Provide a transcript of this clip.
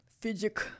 Fidget